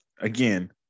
again